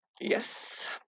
Yes